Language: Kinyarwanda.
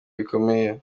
bikomeye